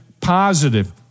positive